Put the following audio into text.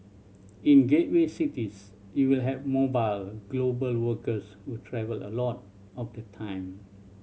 in gateway cities you will have mobile global workers who travel a lot of the time